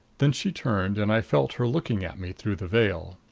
then she turned and i felt her looking at me through the veil.